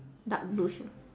dark blue shoe